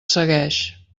segueix